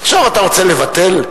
עכשיו אתה רוצה לבטל?